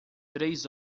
três